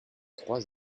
trois